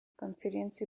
конференций